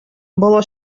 бала